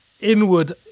inward